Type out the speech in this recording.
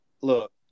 look